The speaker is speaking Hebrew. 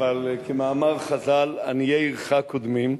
אבל כמאמר חז"ל, עניי עירך קודמים.